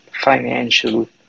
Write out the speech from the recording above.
financial